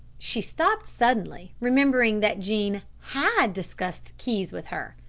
she stopped suddenly, remembering that jean had discussed keys with her.